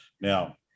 now